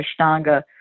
ashtanga